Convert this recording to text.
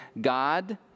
God